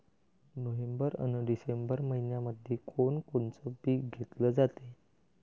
November अन December मइन्यामंधी कोण कोनचं पीक घेतलं जाते?